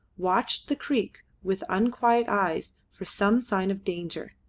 watched the creek with unquiet eyes for some sign of danger.